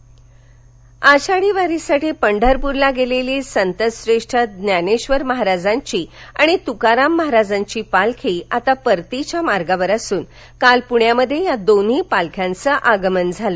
पालख्या पण्यात आषाढी वारीसाठी पंढरपूरला गेलेली संत श्रेष्ठ ज्ञानेश्वर महाराजांची आणि तुकाराम महाराजांची पालखी आता परतीच्या मार्गावर असून काल पूण्यात या दोन्ही पालख्यांचं आगमन झालं